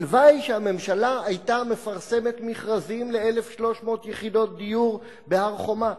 הלוואי שהממשלה היתה מפרסמת מכרזים ל-1,300 יחידות דיור בהר-חומה,